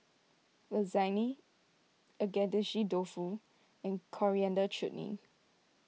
Lasagne Agedashi Dofu and Coriander Chutney